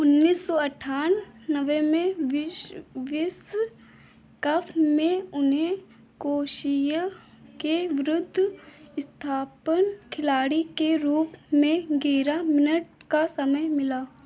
उन्नीस सौ अट्ठानवे में विश्व विश्व कप में उन्हें क्रोशिया के विरुद्ध स्थापन्न खिलाड़ी के रूप में गेराह मिनट का समय मिला